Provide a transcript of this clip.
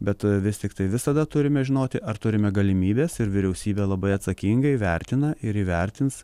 bet vis tiktai visada turime žinoti ar turime galimybes ir vyriausybė labai atsakingai vertina ir įvertins